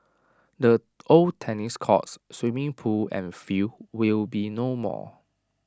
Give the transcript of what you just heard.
the old tennis courts swimming pool and field will be no more